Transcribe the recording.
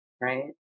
right